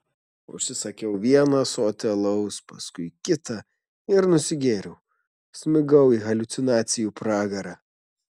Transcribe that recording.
užsisakiau vieną ąsotį alaus paskui kitą ir nusigėriau smigau į haliucinacijų pragarą